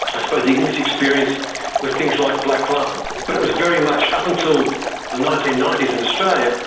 i suppose, the english experience with things like black lung, but it was very much up until the nineteen ninety s in australia,